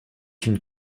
une